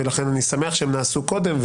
ולכן אני שמח שהן נעשו קודם.